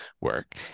work